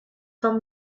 van